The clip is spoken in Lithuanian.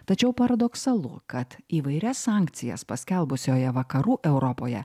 tačiau paradoksalu kad įvairias sankcijas paskelbusioje vakarų europoje